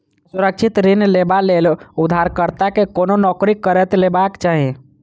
असुरक्षित ऋण लेबा लेल उधारकर्ता कें कोनो नौकरी करैत हेबाक चाही